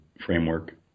framework